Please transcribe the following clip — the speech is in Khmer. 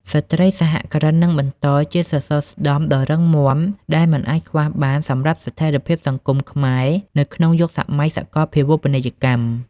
ស្ត្រីសហគ្រិននឹងបន្តជាសសរស្តម្ភដ៏រឹងមាំដែលមិនអាចខ្វះបានសម្រាប់ស្ថិរភាពសង្គមខ្មែរនៅក្នុងយុគសម័យសកលភាវូបនីយកម្ម។